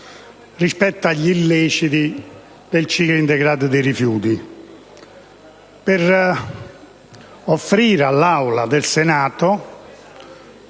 rispetto agli illeciti nel ciclo integrato dei rifiuti, per rassegnare all'Aula del Senato